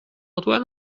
antoine